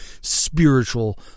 spiritual